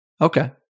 Okay